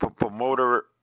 promoter